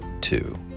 two